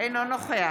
אינו נוכח